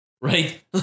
Right